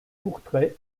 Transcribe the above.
courtrai